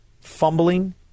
fumbling